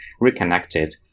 reconnected